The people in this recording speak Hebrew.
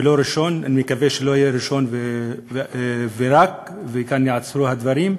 ונקווה שלא יהיה ראשון ורק, וכאן ייעצרו הדברים,